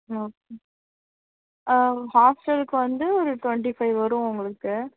okay ஹாஸ்டலுக்கு வந்து ஒரு ட்வெண்ட்டி ஃபைவ் வரும் உங்களுக்கு